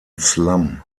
slum